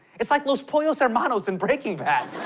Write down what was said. it's like los pollos hermanos in breaking bad.